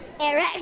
Eric